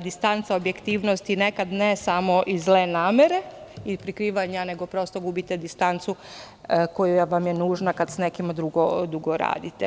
distanca objektivnosti, nekada ne samo iz zle namere i prikrivanja, nego prosto gubite distancu koja vam je nužna kada sa nekim dugo radite.